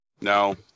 No